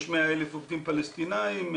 יש 100,000 עובדים פלשתינאים,